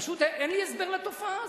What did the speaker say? פשוט אין לי הסבר לתופעה הזאת.